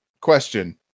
Question